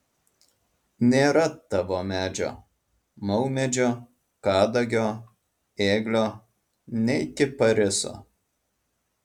nėra tavo medžio maumedžio kadagio ėglio nei kipariso